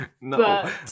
No